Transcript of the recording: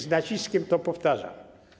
Z naciskiem to powtarzam.